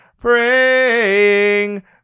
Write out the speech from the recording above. praying